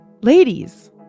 ladies